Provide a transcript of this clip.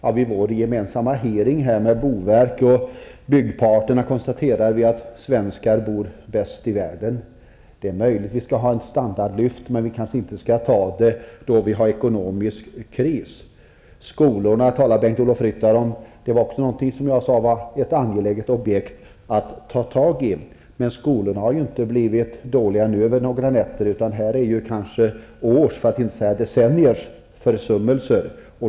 Vid bostadsutskottets och arbetsmarknadsutskottets utfrågning nyligen konstaterade boverket och byggparterna att svenskar bor bäst i världen. Det är möjligt att vi skall försöka få standardlyft, men vi kanske inte skall göra det då vi har ekonomisk kris. Bengt-Ola Ryttar talar om problem i skolorna. Det är, som jag sade tidigare, ett angeläget objekt att ta itu med skolbyggnaderna. Skolorna har ju inte blivit dåliga under en natt, utan här är det fråga om flera års, för att inte säga decenniers, försummelser.